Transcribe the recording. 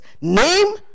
name